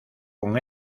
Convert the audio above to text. con